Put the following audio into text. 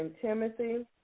Timothy